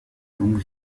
longue